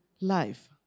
life